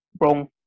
wrong